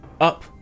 up